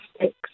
six